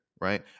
right